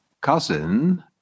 cousin